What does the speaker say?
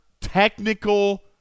technical